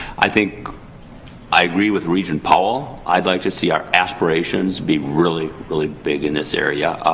i think i agree with regent powell. i'd like to see our aspirations be really, really big in this area.